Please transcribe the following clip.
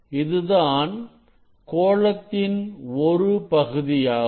இதுதான் கோளத்தின் ஒரு பகுதியாகும்